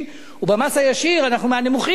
ובמס הישיר אנחנו מהנמוכים ביותר.